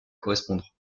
correspondre